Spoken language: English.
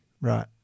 Right